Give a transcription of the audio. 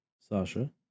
Sasha